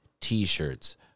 T-shirts